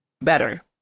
better